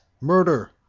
Murder